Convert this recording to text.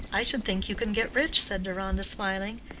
i should think you can get rich, said deronda, smiling.